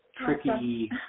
tricky